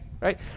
right